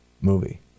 movie